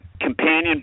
Companion